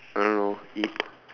I don't know he